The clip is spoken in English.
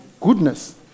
goodness